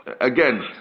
Again